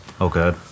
Okay